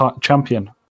champion